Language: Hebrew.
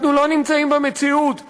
אנחנו לא נמצאים במציאות שבה,